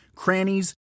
crannies